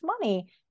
money